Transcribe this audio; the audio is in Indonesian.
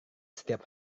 setiap